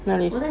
那里